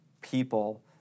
people